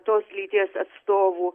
tos lyties atstovų